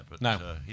No